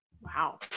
Wow